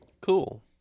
Cool